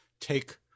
take